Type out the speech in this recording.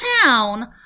town